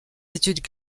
études